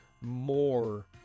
more